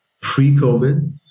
pre-COVID